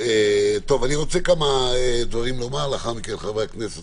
אני רוצה לומר כמה דברים ולאחר מכן חברי הכנסת